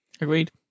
Agreed